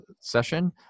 session